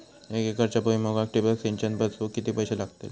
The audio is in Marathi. एक एकरच्या भुईमुगाक ठिबक सिंचन बसवूक किती पैशे लागतले?